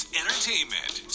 entertainment